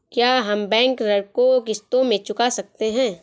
क्या हम बैंक ऋण को किश्तों में चुका सकते हैं?